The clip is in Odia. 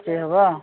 ସେହି ହେବ